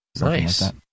Nice